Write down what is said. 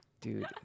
Dude